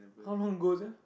how long goes ah